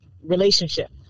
Relationship